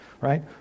Right